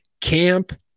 Camp